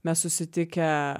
mes susitikę